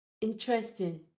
Interesting